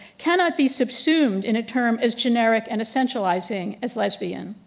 cannot be subsumed in a term as generic and essentializing as lesbian.